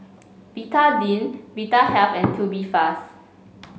Betadine Vitahealth and Tubifast